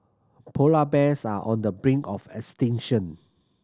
polar bears are on the brink of extinction